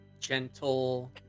gentle